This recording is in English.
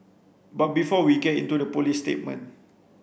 but before we get into the police statement